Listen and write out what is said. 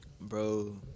bro